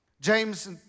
James